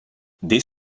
dès